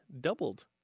doubled